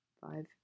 five